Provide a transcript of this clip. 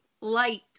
light